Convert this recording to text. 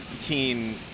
teen